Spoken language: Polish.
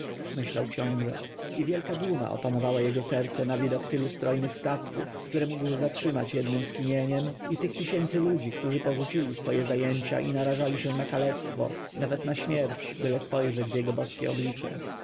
pomyślał książę i wielka duma opanowała jego serce na widok tylu strojnych statków które mógł zatrzymać jednem skinieniem i tych tysięcy łudzi którzy porzucili swoje zajęcia i narażali się na kalectwo nawet na śmierć byle spojrzeć w jego boskie oblicze